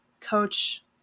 coach